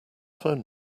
phone